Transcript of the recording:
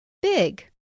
Big